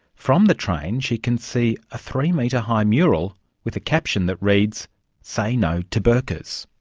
from the train she can see a three-metre high mural with a caption that reads say no to burqas.